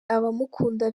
abamukunda